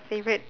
favourite